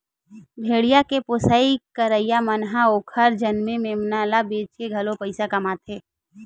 भेड़िया के पोसई करइया मन ह ओखर जनमे मेमना ल बेचके घलो पइसा कमाथे